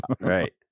right